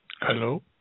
Hello